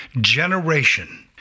generation